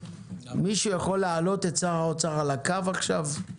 מישהו יכול להעלות את שר האוצר על הקו עכשיו?